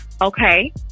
Okay